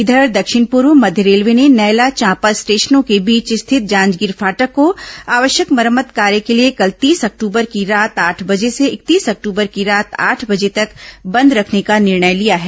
इधर दक्षिण पूर्व मध्य रेलवे ने नैला चांपा स्टेशनों के बीच स्थित जांजगीर फाटक को आवश्यक मरम्मत कार्य के लिए कल तीस अक्टूबर की रात आठ बजे से इकतीस अक्टूबर की रात आठ बजे तक बंद रखने का निर्णय लिया है